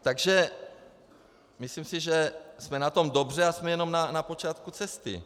Takže myslím si, že jsme na tom dobře a jsme jenom na počátku cesty.